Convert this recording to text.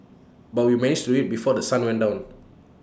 but we managed to do IT before The Sun went down